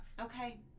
Okay